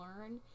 learn